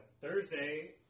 Thursday